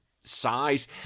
size